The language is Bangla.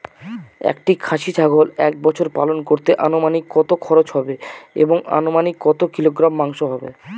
একটি খাসি ছাগল এক বছর পালন করতে অনুমানিক কত খরচ হবে এবং অনুমানিক কত কিলোগ্রাম মাংস হবে?